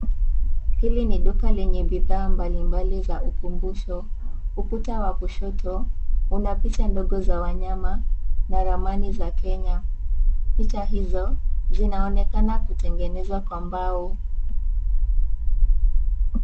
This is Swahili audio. Hili ni duka lenye bidhaa mbali mbali za ukumbusho, ukuta wa kushoto una picha ndogo za wanyama na ramani za Kenya, picha hizo zinaonekana kutengenezwa kwa mbao.